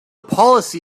policy